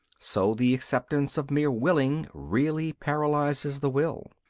so the acceptation of mere willing really paralyzes the will.